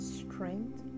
strength